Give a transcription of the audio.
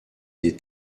des